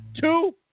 Two